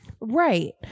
Right